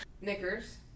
Knickers